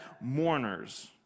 mourners